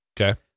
Okay